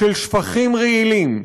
של שפכים רעילים,